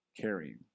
carrying